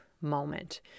moment